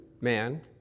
man